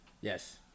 Yes